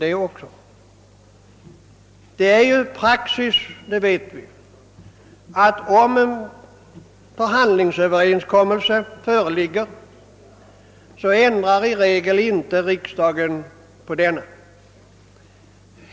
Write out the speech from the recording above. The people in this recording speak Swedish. Det är praxis att om en förhandlingsöverenskommelse föreligger ändrar riksdagen inte denna.